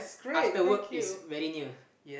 after work is very near